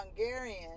Hungarian